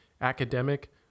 academic